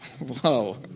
Whoa